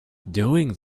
doing